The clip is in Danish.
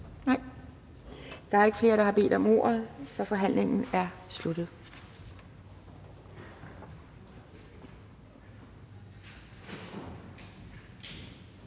Nej? Der er ikke flere, der har bedt om ordet, så forhandlingen er sluttet.